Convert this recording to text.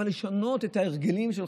לשנות את ההרגלים שלך.